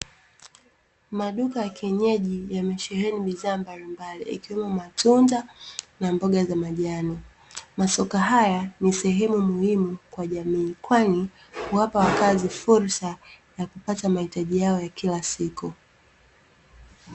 Maduka ya kienyeji yamesheheni bidhaa mbalimbali, ikiwemo matunda na mboga za majani. Masoko haya ni sehemu muhimu kwa jamii kwani huwapa wakazi fursa ya kupata mahitaji yao ya kila siku.